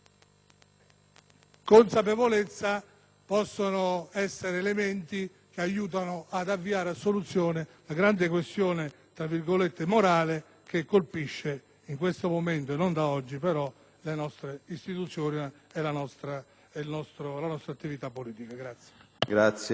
consapevolezza possono essere elementi che aiutano ad avviare a soluzione la grande "questione morale" che colpisce in questo momento, ma non da oggi, le nostre istituzioni e la nostra attività politica.